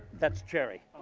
that's jerry.